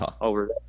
Over